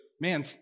man